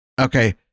Okay